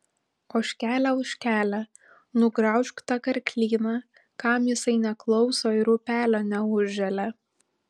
ožkele ožkele nugraužk tą karklyną kam jisai neklauso ir upelio neužželia